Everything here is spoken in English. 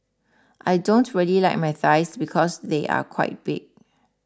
I don't really like my thighs because they are quite big